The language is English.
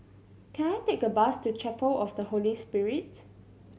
can I take a bus to Chapel of the Holy Spirit